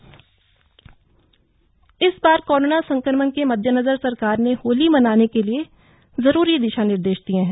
होली दिशा निर्देश इस बार कोरोना संक्रमण के मद्देनजर सरकार ने होली मनाने के लिए जरूरी दिशा निर्देश दिये हैं